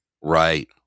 Right